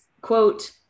Quote